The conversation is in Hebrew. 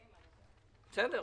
בסדר.